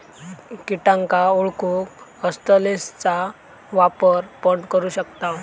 किटांका ओळखूक हस्तलेंसचा वापर पण करू शकताव